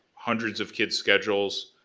hundreds of kids schedules,